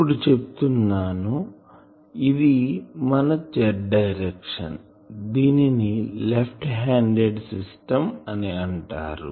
ఇప్పుడు చెప్తున్నాను ఇది మన Z డైరెక్షన్ దీనిని లెఫ్ట్ హ్యాండెడ్ సిస్టం అంటారు